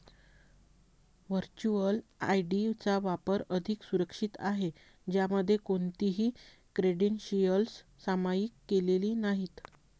virtual ID चा वापर अधिक सुरक्षित आहे, ज्यामध्ये कोणतीही क्रेडेन्शियल्स सामायिक केलेली नाहीत